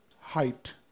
height